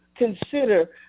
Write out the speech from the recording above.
consider